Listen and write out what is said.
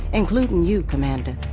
including you commander